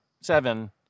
seven